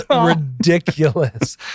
ridiculous